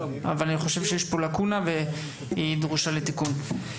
אבל אני חושב שיש פה לקונה ודרוש תיקון.